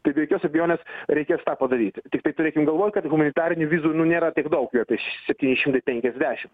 tai be jokios abejonės reikės tą padaryti tiktai turėkim galvoj kad humanitarinių vizų nu nėra tiek daug jų apie še septyni šimtai penkiasdešim